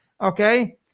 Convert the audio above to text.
okay